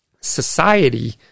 society